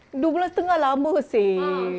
dua bulan setengah lama seh